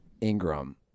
Ingram